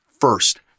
First